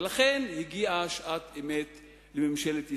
ולכן הגיעה שעת האמת לממשלת ישראל.